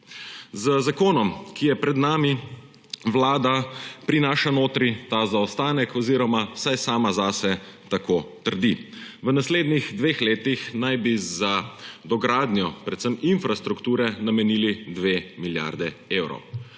Z zakonom, ki je pred nami, Vlada prinaša notri ta zaostanek oziroma vsaj sama za sebe tako trdi. V naslednjih dveh letih naj bi za dogradnjo predvsem infrastrukture namenili 2 milijardi evrov,